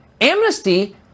amnesty